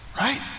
Right